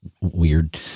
weird